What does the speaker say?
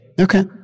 okay